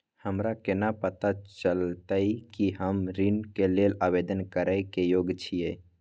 हमरा केना पता चलतई कि हम ऋण के लेल आवेदन करय के योग्य छियै?